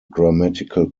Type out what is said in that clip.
grammatical